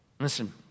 Listen